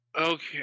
okay